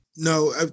No